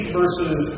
versus